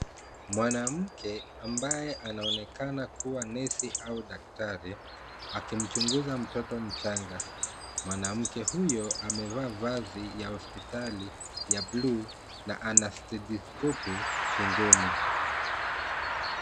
Mwamke ambaye anaonekana kukuwa nesi au dakitari, aki mchunguza mtotochanga mwamke huyo ame vaa vazi la hospitali la blue na ana stethiscopu shingoni.